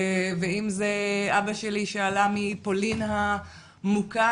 ואם זה אבא שלי שעלה מפולין המוכה